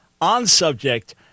on-subject